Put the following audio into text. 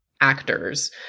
actors